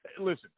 Listen